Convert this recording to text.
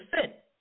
fit